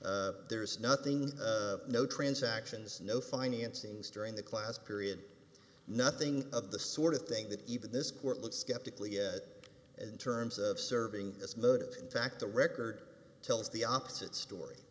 sales there is nothing no transactions no financings during the class period nothing of the sort of thing that even this court looks skeptically in terms of serving as motive in fact the record tells the opposite story